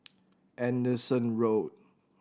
Anderson Road